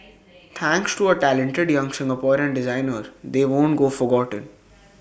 thanks to A talented young Singaporean designer they won't go forgotten